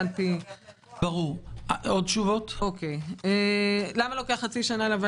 בטח, זה לוקח להם כוח.